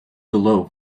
below